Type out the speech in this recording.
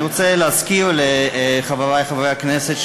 אני רוצה להזכיר לחברי חברי הכנסת,